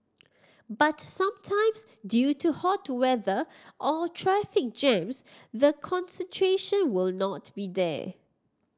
but sometimes due to hot weather or traffic jams the concentration will not be there